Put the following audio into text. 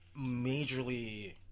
majorly